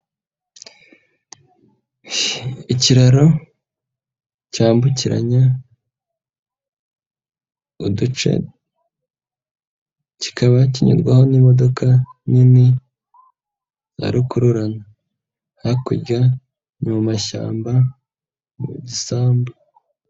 Ikiraro cyambukiranya, uduce, kikaba kinyurwaho n'imodoka nini za rukorana, hakurya mu mashyamba, mu gisambu.